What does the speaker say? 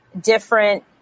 different